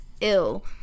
ill